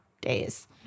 days